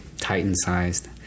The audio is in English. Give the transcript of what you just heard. Titan-sized